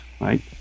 right